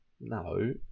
No